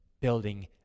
building